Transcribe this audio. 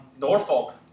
Norfolk